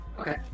Okay